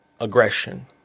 aggression